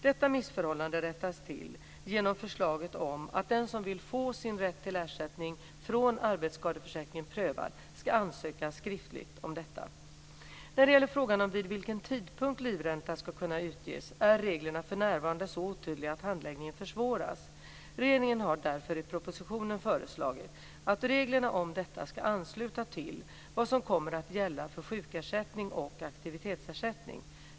Detta missförhållande rättas till genom förslaget att den som vill få sin rätt till ersättning från arbetsskadeförsäkringen prövad ska ansöka skriftligt om detta. När det gäller frågan om vid vilken tidpunkt livränta ska kunna utges är reglerna för närvarande så otydliga att handläggningen försvåras. Regeringen har därför i propositionen föreslagit att reglerna om detta ska ansluta till vad som kommer att gälla för sjukersättning och aktivitetsersättning.